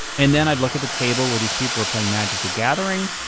and then i'd look at the table where these people were playing magic the gathering,